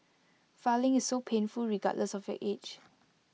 filing is so painful regardless of your age